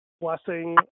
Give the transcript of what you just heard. blessing